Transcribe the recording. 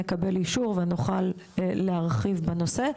נקבל אישור ונוכל להרחיב בנושא.